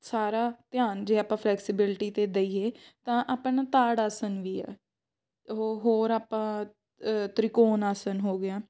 ਸਾਰਾ ਧਿਆਨ ਜੇ ਆਪਾਂ ਫਲੈਕਸੀਬਿਲਟੀ 'ਤੇ ਦੇਈਏ ਤਾਂ ਆਪਣਾ ਤਾੜ ਆਸਨ ਵੀ ਹੈ ਉਹ ਹੋਰ ਆਪਾਂ ਤ੍ਰਿਕੋਣ ਆਸਨ ਹੋ ਗਿਆ